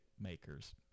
makers